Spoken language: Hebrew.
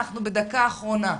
אנחנו בדקה אחרונה.